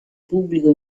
pubblico